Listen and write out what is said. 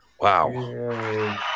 Wow